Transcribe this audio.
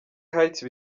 heights